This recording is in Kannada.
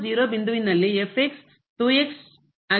ಈಗ ಬಿಂದುವಿನಲ್ಲಿ ಆದ